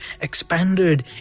expanded